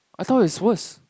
I thought it's worse